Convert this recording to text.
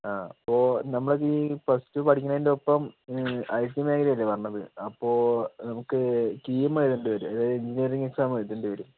ആ അപ്പോൾ നമ്മളിത് പ്ലസ്ടു പഠിക്കണേൻ്റെയൊപ്പം ഐടി മേഖലയല്ലേ പറഞ്ഞത് അപ്പോൾ നമുക്ക് കീം എഴുതേണ്ടി വരും അതായത് എൻജിനീയറിങ് എക്സാം എഴുതേണ്ടി വരും